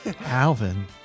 Alvin